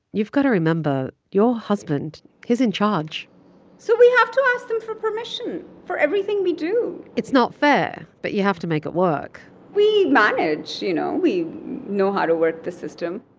you've got to remember your husband he's in charge so we have to ask them for permission for everything we do it's not fair, but you have to make it work we manage. you know, we know how to work the system